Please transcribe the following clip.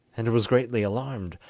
and was greatly alarmed,